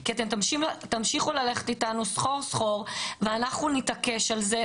כי אתם תמשיכו ללכת איתנו סחור סחור ואנחנו נתעקש על זה,